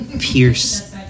pierce